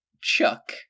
Chuck